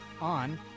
on